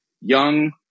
young